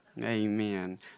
Amen